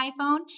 iPhone